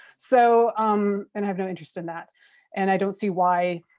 so um and i've no interest in that and i don't see why